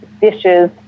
dishes